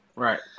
Right